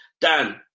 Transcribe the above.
Dan